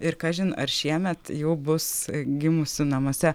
ir kažin ar šiemet jau bus gimusių namuose